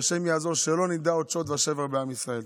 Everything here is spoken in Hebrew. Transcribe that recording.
שהשם יעזור, שלא נדע עוד שוד ושבר בעם ישראל.